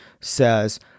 says